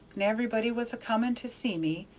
and everybody was a coming to see me,